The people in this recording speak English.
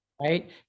Right